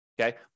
Okay